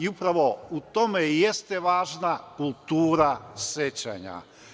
Upravo u tome i jeste važna kultura sećanja.